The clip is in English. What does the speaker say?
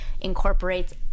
incorporates